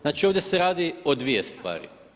Znači ovdje se radi o dvije stvari.